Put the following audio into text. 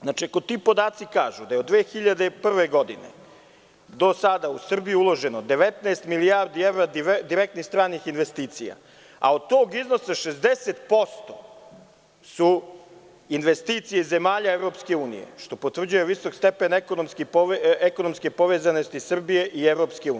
Znači, ako ti podaci kažu da je od 2001. godine do sada u Srbiju uloženo 19 milijardi evra direktnih stranih investicija, a od tog iznosa 60% su investicije zemalja EU, što potvrđuje visok stepen ekonomske povezanosti Srbije i EU.